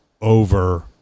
over